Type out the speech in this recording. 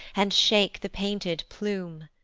and shake the painted plume.